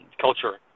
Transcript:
culture